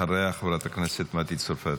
אחריה, חברת הכנסת מטי צרפתי.